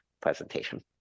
presentation